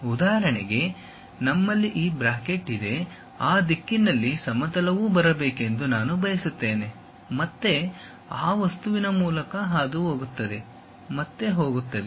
ಉದಾಹರಣೆಗೆ ನಮ್ಮಲ್ಲಿ ಈ ಬ್ರಾಕೆಟ್ ಇದೆ ಆ ದಿಕ್ಕಿನಲ್ಲಿ ಸಮತಲವು ಬರಬೇಕೆಂದು ನಾನು ಬಯಸುತ್ತೇನೆ ಮತ್ತೆ ಆ ವಸ್ತುವಿನ ಮೂಲಕ ಹಾದುಹೋಗುತ್ತದೆ ಮತ್ತೆ ಹೋಗುತ್ತದೆ